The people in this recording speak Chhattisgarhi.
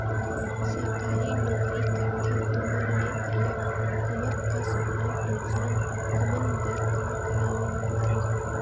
सरकारी नोकरी करथे तुमन ले अलग हमर कस आम इंसान हमन बर का का लोन मिलथे?